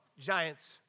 Giants